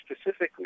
specifically